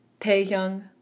Taehyung